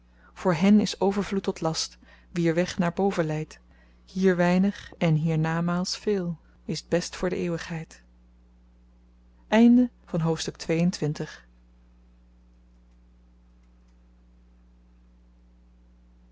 voor hen is overvloed tot last wier weg naar boven leidt hier weinig en hiernamaals veel is t best voor d eeuwigheid hoofdstuk